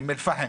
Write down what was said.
מאום אל פאחם.